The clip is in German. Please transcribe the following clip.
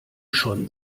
schon